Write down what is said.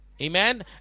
Amen